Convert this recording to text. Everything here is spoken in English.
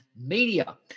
media